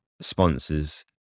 sponsors